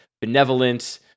benevolent